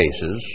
cases